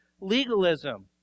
legalism